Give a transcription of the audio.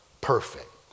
perfect